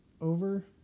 over